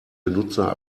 benutzer